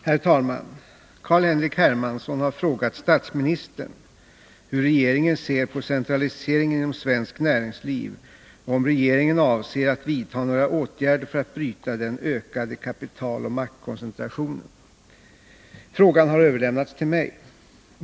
Herr talman! Carl-Henrik Hermansson har frågat statsministern hur regeringen ser på centraliseringen inom svenskt näringsliv och om regeringen avser att vidta några åtgärder för att bryta den ökade kapitaloch maktkoncentrationen. Frågan har överlämnats till mig.